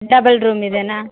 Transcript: double room ಇದೆಯಾ